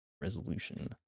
resolution